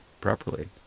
properly